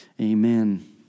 amen